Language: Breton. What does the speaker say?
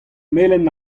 melen